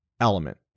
element